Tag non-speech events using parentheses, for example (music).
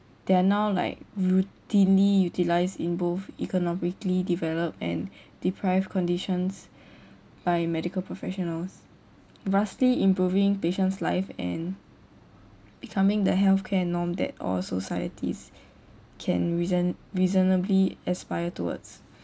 they are now like routinely utilized in both economically developed and deprived conditions (breath) by medical professionals vastly improving patients life and becoming the healthcare norm that all societies can reason~ reasonably aspire towards